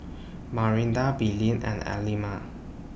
Marinda Belen and